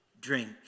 drink